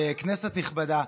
כנסת נכבדה,